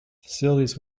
facilities